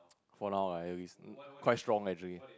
for now lah at least quite strong actually